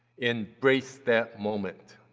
embrace that moment.